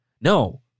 No